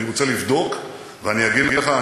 אני רוצה לבדוק ואני אגיד לך.